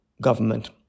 government